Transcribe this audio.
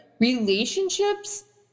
relationships